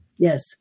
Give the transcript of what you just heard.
Yes